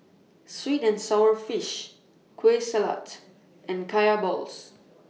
Sweet and Sour Fish Kueh Salat and Kaya Balls